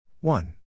One